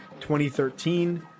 2013